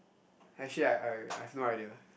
actually I I I've no idea